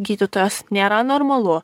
gydytojos nėra normalu